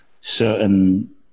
certain